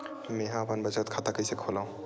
मेंहा अपन बचत खाता कइसे खोलव?